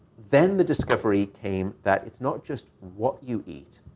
then the discovery came that it's not just what you eat.